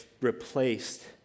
replaced